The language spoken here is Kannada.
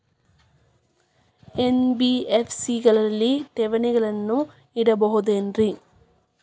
ಎನ್.ಬಿ.ಎಫ್.ಸಿ ಗಳಲ್ಲಿ ಠೇವಣಿಗಳನ್ನು ಇಡಬಹುದೇನ್ರಿ?